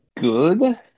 good